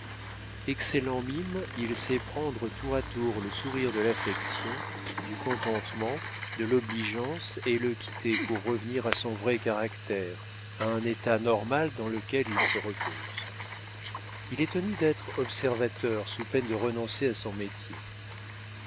excellent mime il sait prendre tour à tour le sourire de l'affection du contentement de l'obligeance et le quitter pour revenir à son vrai caractère à un état normal dans lequel il se repose il est tenu d'être observateur sous peine de renoncer à son métier